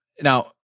Now